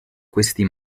questi